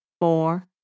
four